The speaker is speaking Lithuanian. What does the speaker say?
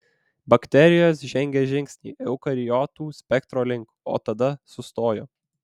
bakterijos žengė žingsnį eukariotų spektro link o tada sustojo